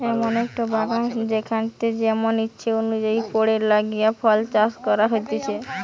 এমন একটো বাগান যেখানেতে যেমন ইচ্ছে অনুযায়ী পেড় লাগিয়ে ফল চাষ করা হতিছে